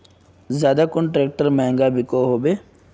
ज्यादा कुन ट्रैक्टर महंगा बिको होबे?